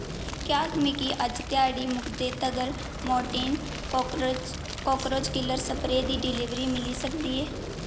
क्या मिगी अज्ज ध्याड़ी मुकदे तक्कर मोर्टीन काकरोच किलर स्प्रेऽ दी डलीवरी मिली सकदी ऐ